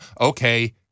okay